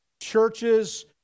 churches